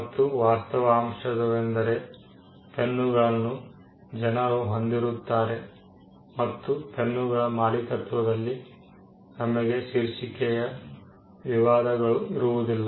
ಮತ್ತು ವಾಸ್ತವಾಂಶವೆಂದರೆ ಪೆನ್ನುಗಳನ್ನು ಜನರು ಹೊಂದಿರುತ್ತಾರೆ ಮತ್ತು ಪೆನ್ನುಗಳ ಮಾಲೀಕತ್ವದಲ್ಲಿ ನಮಗೆ ಶೀರ್ಷಿಕೆಯ ವಿವಾದಗಳು ಇರುವುದಿಲ್ಲ